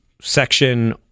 section